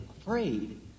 afraid